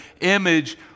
image